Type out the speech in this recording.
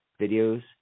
videos